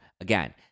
Again